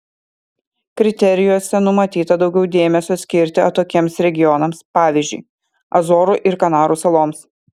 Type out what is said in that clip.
kriterijuose numatyta daugiau dėmesio skirti atokiems regionams pavyzdžiui azorų ir kanarų saloms